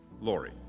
Lori